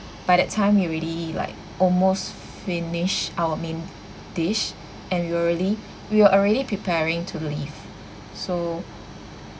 by that time we already like almost finish our main dish and we already we are already preparing to leave so